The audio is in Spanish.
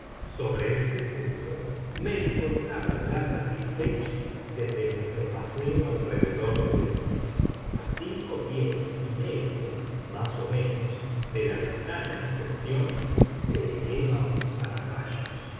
sobre este punto me encontraba ya satisfecho desde nuestro paseo alrededor del edificio a cinco pies y medio más o menos de la ventana en cuestión se eleva un pararrayos